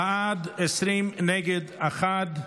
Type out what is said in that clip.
בעד, 20, נגד, אחד.